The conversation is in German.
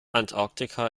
antarktika